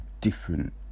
different